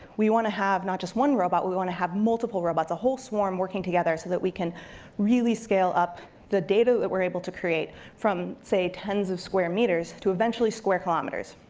we wanna have not just one robot, we wanna have multiple robots, a whole swarm working together, so that we can really scale up the data that we're able to create from, say, tens of square meters, to eventually square kilometers.